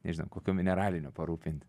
nežinau kokio mineralinio parūpinti